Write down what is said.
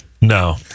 No